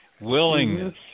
Willingness